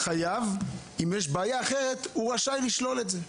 חייב, ואם יש בעיה אחרת הוא רשאי לשלול את זה.